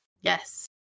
Yes